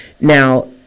Now